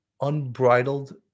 unbridled